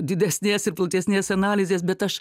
didesnės ir platesnės analizės bet aš